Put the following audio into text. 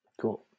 Cool